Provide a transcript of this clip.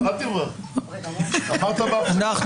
הישיבה ננעלה בשעה 13:19.